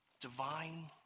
divine